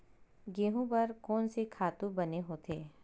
गेहूं बर कोन से खातु बने होथे?